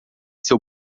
seu